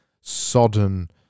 sodden